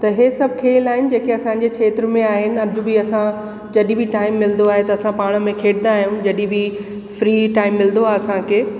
त हे सभु खेल आहिनि जेके असांजे क्षेत्र में आहिनि अॼु बि असां जॾहिं बि टाइम मिलंदो आहे त असां पाण में खेॾींदा आहियूं जॾहिं बि फ़्री टाइम मिलंदो आहे असांखे